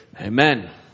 Amen